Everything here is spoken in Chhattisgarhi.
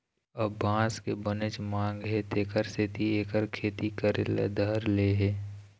अब बांस के बनेच मांग हे तेखर सेती एखर खेती करे ल धर ले हे